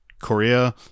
Korea